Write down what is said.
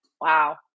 wow